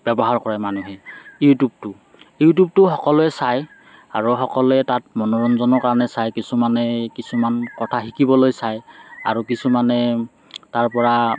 ব্যৱহাৰ কৰে মানুহে ইউটিউবটো ইউটিউবটো সকলোৱে চায় আৰু সকলোৱে তাত মনোৰঞ্জনৰ কাৰণে চায় কিছুমানে কিছুমান কথা শিকিবলৈ চায় আৰু কিছুমানে তাৰপৰা